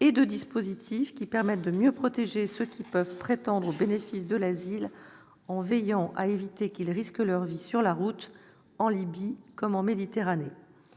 et mis en place des dispositifs permettant de mieux protéger ceux qui peuvent prétendre au bénéfice de l'asile en veillant à éviter qu'ils ne risquent leur vie sur la route, en Libye comme en Méditerranée.